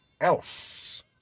else